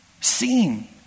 Seen